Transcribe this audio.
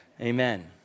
Amen